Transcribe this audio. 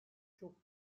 çok